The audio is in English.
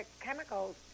chemicals